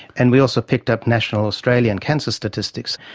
and we also picked up national australian cancer statistics.